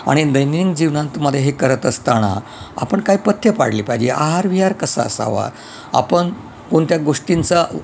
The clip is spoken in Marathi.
आणि दैनंदिन जीवनामध्ये हे करत असताना आपण काय पथ्य पाळली पाहिजे आहार विहार कसा असावा आपण कोणत्या गोष्टींचा